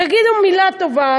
תגידו מילה טובה,